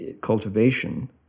Cultivation